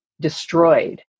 destroyed